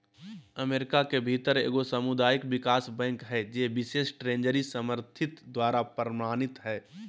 America के भीतर एगो सामुदायिक विकास बैंक हइ जे बिशेष ट्रेजरी समर्थित द्वारा प्रमाणित हइ